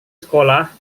sekolah